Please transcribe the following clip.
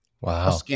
Wow